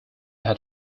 had